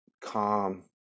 Calm